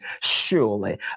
surely